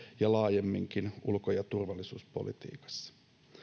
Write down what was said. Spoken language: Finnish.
ja laajemminkin ulko ja turvallisuuspolitiikassa